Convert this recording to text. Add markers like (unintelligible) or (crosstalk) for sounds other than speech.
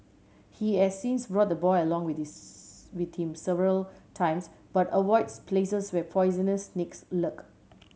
he has since brought the boy along with (unintelligible) with him several times but avoids places where poisonous snakes lurk